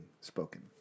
spoken